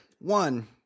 One